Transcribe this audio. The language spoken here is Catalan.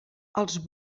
els